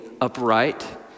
upright